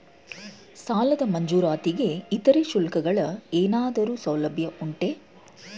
ಸಾಲದ ಮಂಜೂರಾತಿಗೆ ಇತರೆ ಶುಲ್ಕಗಳ ಏನಾದರೂ ಸೌಲಭ್ಯ ಉಂಟೆ?